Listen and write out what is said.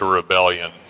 rebellion